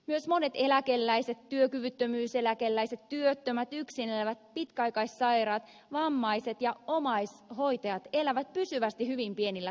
myös monet eläkeläiset työkyvyttömyyseläkeläiset työttömät yksin elävät pitkäaikaissairaat vammaiset ja omaishoitajat elävät pysyvästi hyvin pienillä tuloilla